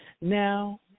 Now